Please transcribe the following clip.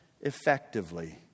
effectively